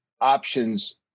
options